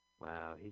Wow